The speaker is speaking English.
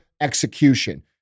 execution